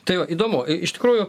tai va įdomu i iš tikrųjų